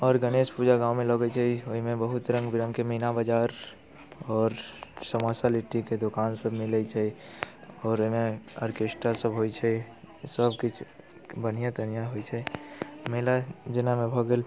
आओर गणेश पूजा गाँवमे लगै छै ताहिमे बहुत रङ्ग बिरङ्गके मीना बजार आओर समोसा लिट्टीके दोकान सब मिलै छै आओर ओइमे आरकेष्ट्रा सब होइ छै सब किछु बढ़िआँ तन्हिआँ होइ छै मेला जेनामे भऽ गेल